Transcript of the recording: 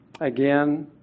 again